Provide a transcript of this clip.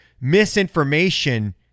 Misinformation